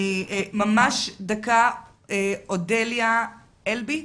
ממש דקה, אודליה אלבו,